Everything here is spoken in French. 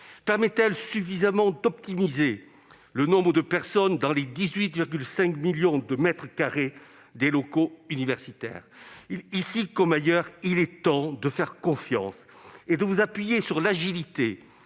Permet-elle suffisamment d'optimiser le nombre de personnes dans les 18,5 millions de mètres carrés des locaux universitaires ? Ici comme ailleurs, madame la ministre, il est temps de faire confiance aux universités et de vous appuyer sur leur agilité